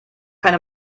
keine